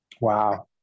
Wow